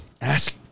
Ask